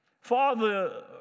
Father